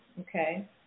okay